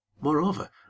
Moreover